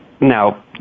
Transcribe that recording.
now